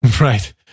Right